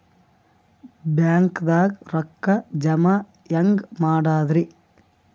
ಬ್ಯಾಂಕ್ದಾಗ ರೊಕ್ಕ ಜಮ ಹೆಂಗ್ ಮಾಡದ್ರಿ?